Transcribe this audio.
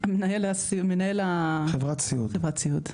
מנהל חברת הסיעוד.